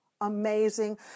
Amazing